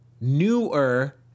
newer